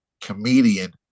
comedian